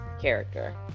character